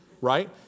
Right